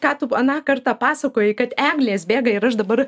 ką tu aną kartą pasakojai kad eglės bėga ir aš dabar